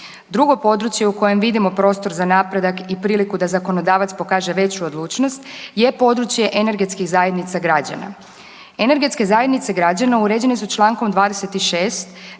Drugo područje u kojem vidimo prostor za napredak i priliku da zakonodavac pokaže veću odlučnost je područje energetskih zajednica građana. Energetske zajednice građana uređene su čl. 26